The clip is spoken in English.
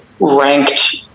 ranked